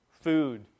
food